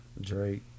Drake